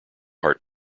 heart